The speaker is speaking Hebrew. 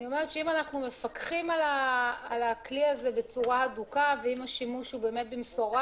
אם אנחנו מפקחים על הכלי בצורה הדוקה ואם השימוש הוא במשורה